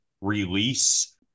release